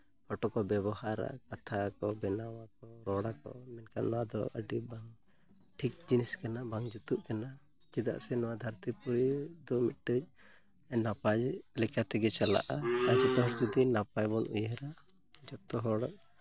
photo ᱠᱚ ᱵᱨᱵᱚᱦᱟᱨᱚᱜᱼᱟ ᱠᱟᱛᱷᱟ ᱠᱚ ᱵᱮᱱᱟᱣᱟ ᱟᱠᱚ ᱨᱚᱲᱟᱠᱚ ᱢᱮᱱᱠᱷᱟᱱ ᱱᱚᱣᱟ ᱫᱚ ᱟᱹᱰᱤ ᱵᱟᱝ ᱴᱷᱤᱠ ᱡᱤᱱᱤᱥ ᱠᱟᱱᱟ ᱵᱟᱝ ᱡᱩᱛᱩᱜ ᱠᱟᱱᱟ ᱪᱮᱫᱟᱜ ᱥᱮ ᱱᱚᱣᱟ ᱫᱷᱟᱹᱨᱛᱤ ᱯᱩᱨᱤ ᱫᱚ ᱢᱤᱫᱴᱟᱝ ᱱᱟᱯᱟᱭ ᱞᱮᱠᱟᱛᱮᱜᱮ ᱪᱟᱞᱟᱜᱼᱟ ᱟᱪᱠᱟ ᱡᱩᱫᱤ ᱱᱟᱯᱟᱭ ᱵᱚᱱ ᱩᱭᱦᱟᱹᱨᱟ ᱡᱚᱛᱚ ᱦᱚᱲ